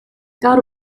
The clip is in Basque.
gaur